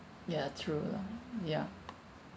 ya true lah ya